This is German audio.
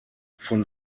von